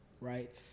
right